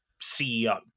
CEO